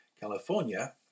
California